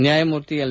ನ್ಕಾಯಮೂರ್ತಿ L